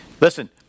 Listen